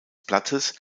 blattes